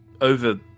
over